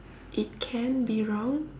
it can be wrong